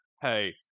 Hey